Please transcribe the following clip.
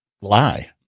lie